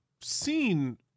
seen